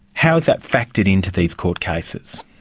how is that factored into these court cases?